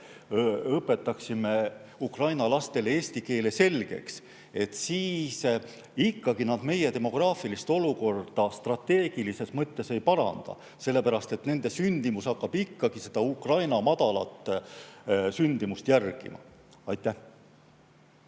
õpetaksime Ukraina lastele eesti keele selgeks, siis ikkagi nad meie demograafilist olukorda strateegilises mõttes ei parandaks, sest nende sündimus[käitumine] hakkaks seda Ukraina madalat sündimust järgima. Aitäh!